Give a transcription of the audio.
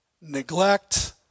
neglect